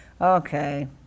okay